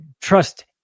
trust